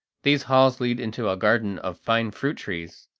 these halls lead into a garden of fine fruit trees.